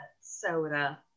soda